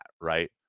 Right